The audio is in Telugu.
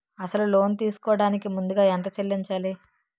అసలు లోన్ తీసుకోడానికి ముందుగా ఎంత చెల్లించాలి?